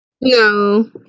No